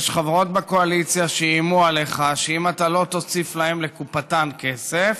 יש חברות בקואליציה שאיימו עליך שאם אתה לא תוסיף לקופתן כסף,